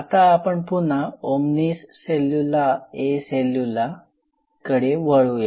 आता आपण पुन्हा "ओमनिस सेल्युला ए सेल्युला" "omnis cellula e cellula" कडे वळूया